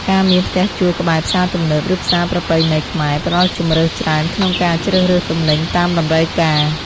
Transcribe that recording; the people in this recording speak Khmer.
ការមានផ្ទះជួលក្បែរផ្សារទំនើប ឬផ្សារប្រពៃណីខ្មែរផ្តល់ជម្រើសច្រើនក្នុងការជ្រើសរើសទំនិញតាមតម្រូវការ។